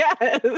Yes